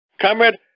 Comrade